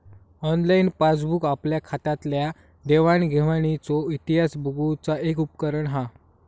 online passbook आपल्या खात्यातल्या देवाण घेवाणीचो इतिहास बघुचा एक उपकरण हा